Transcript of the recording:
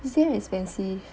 is damn expensive